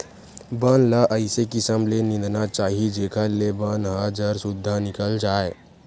बन ल अइसे किसम ले निंदना चाही जेखर ले बन ह जर सुद्धा निकल जाए